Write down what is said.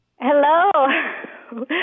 Hello